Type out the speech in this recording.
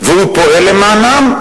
והוא פועל למענם,